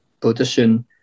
position